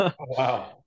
Wow